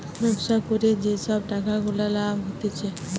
ব্যবসা করে যে সব টাকা গুলা লাভ হতিছে